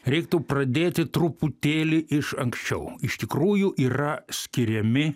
reiktų pradėti truputėlį iš anksčiau iš tikrųjų yra skiriami